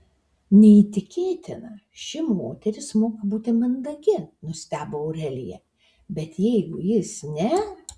neįtikėtina ši moteris moka būti mandagi nustebo aurelija bet jeigu jis ne